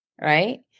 right